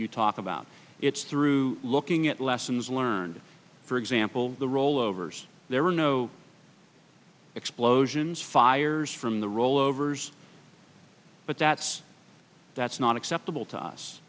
you talk about it's through looking at lessons learned for example the rollovers there were no explosions fires from the rollovers but that's that's not acceptable to us